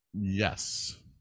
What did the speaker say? Yes